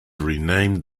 renamed